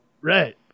Right